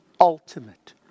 ultimate